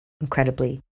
incredibly